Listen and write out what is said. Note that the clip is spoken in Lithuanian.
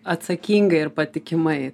atsakingai ir patikimai